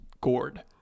gourd